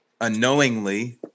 unknowingly